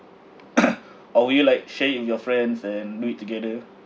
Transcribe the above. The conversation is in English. or will you like share it with your friends and do it together